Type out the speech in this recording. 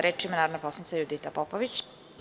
Reč ima narodna poslanica Judita Popović.